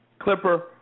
Clipper